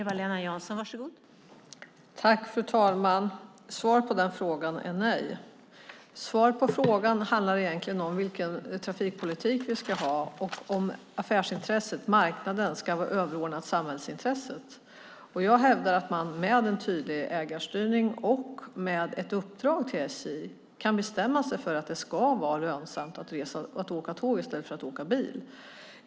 Fru talman! Svaret på den frågan är nej. Svaret på frågan handlar egentligen om vilken trafikpolitik vi ska ha och om affärsintresset, marknaden, ska vara överordnat samhällsintresset. Jag hävdar att man med en tydlig ägarstyrning och med ett uppdrag till SJ kan bestämma sig för att det ska vara lönsamt att åka tåg i stället för att åka bil.